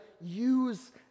use